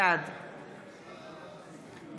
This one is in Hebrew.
בעד דוד אמסלם, אינו נוכח מיכאל מרדכי ביטון, בעד